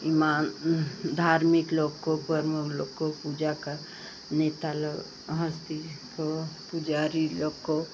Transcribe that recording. इमाम उंह धार्मिक लोग को प्रमुख लोग को पूजा कर नेता लोग हस्ती को पूजारी लोग को